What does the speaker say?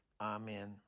Amen